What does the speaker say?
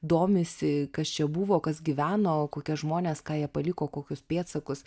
domisi kas čia buvo kas gyveno kokie žmonės ką jie paliko kokius pėdsakus